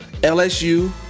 LSU